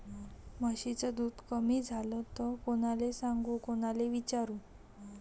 म्हशीचं दूध कमी झालं त कोनाले सांगू कोनाले विचारू?